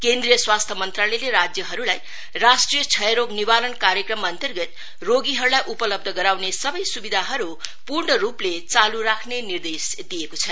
केन्द्रीय खाद्य मंत्रालयले राज्यहरुलाई राष्ट्रिय श्रयरोग निवारण कार्यक्रमअन्तर्गत रोगीहरुलाई उपलब्ध गराउने सवै सुविधाहरु पूर्ण रुपले चालु राख्ने निर्देश दिएको छ